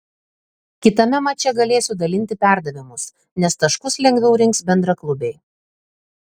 kitame mače galėsiu dalinti perdavimus nes taškus lengviau rinks bendraklubiai